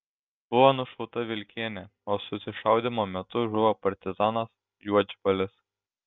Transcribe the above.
buvo nušauta vilkienė o susišaudymo metu žuvo partizanas juodžbalis